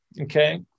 Okay